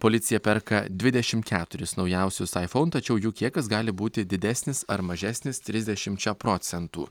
policija perka dvidešimt keturis naujausius aifon tačiau jų kiekis gali būti didesnis ar mažesnis trisdešimčia procentų